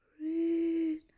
Breathe